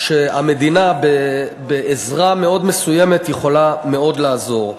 שהמדינה בעזרה מאוד מסוימת יכולה מאוד לעזור.